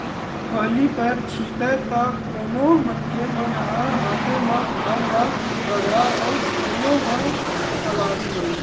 पहिली पैर छितय त कोनो मनखे मन ह हाते म धान ल बगराय अउ कोनो ह कलारी म